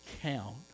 count